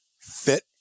fit